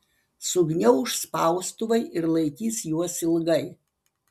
sugniauš spaustuvai ir laikys juos ilgai